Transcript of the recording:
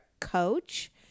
coach